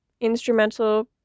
Instrumental